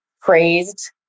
praised